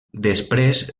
després